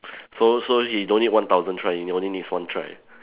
so so he don't need one thousand try he only needs one try